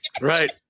Right